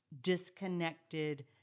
disconnected